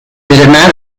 did